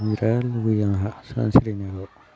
आं बिराद लुगैयो आंहा सानस्रिनायखौ